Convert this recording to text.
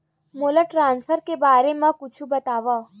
मोला ट्रान्सफर के बारे मा कुछु बतावव?